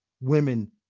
women